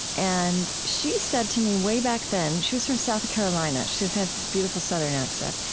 and she said to me, way back then she was from south carolina, she has has this beautiful southern accent,